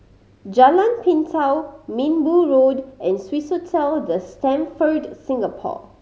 Jalan Pintau Minbu Road and Swissotel The Stamford Singapore